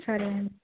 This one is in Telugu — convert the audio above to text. సరే అండి